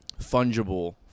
Fungible